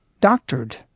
doctored